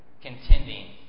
contending